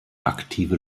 aktive